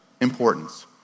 importance